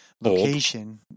location